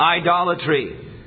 idolatry